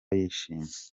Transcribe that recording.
yishimye